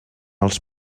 els